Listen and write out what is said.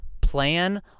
plan